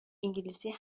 انگلیسی